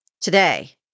Today